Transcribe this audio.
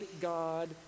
God